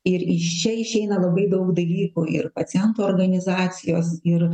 ir iš čia išeina labai daug dalykų ir pacientų organizacijos ir